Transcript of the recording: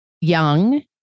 young